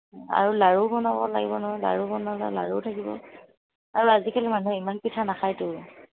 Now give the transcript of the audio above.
আৰু লাৰু বনাব লাগিব নহয় লাৰু বনালে লাৰু থাকিব আৰু আজিকালি মানুহে ইমান পিঠা নাখায়তো